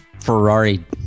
Ferrari